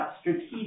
strategic